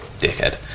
dickhead